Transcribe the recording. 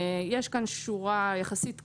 יש כאן שורה יחסית קצרה,